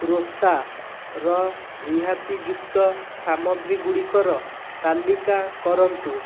ରୋସ୍ତାର ରିହାତି ଯୁକ୍ତ ସାମଗ୍ରୀ ଗୁଡ଼ିକର ତାଲିକା କରନ୍ତୁ